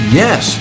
yes